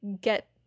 get